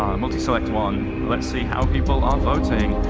multi-select one. let's see how people are voting.